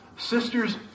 Sisters